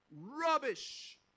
rubbish